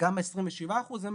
גם ב-27 אחוזים.